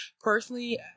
personally